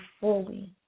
fully